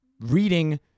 reading